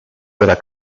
dalla